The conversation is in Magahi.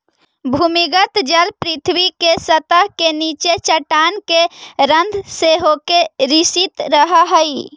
भूमिगत जल पृथ्वी के सतह के नीचे चट्टान के रन्ध्र से होके रिसित रहऽ हई